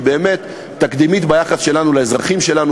שהיא באמת תקדימית ביחס שלנו לאזרחים שלנו,